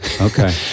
okay